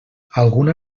alguna